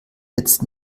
jetzt